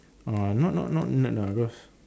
ah not not not nerd ah cause